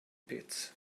pits